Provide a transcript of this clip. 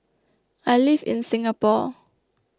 I live in Singapore